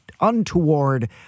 untoward